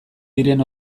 diren